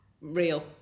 Real